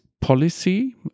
policy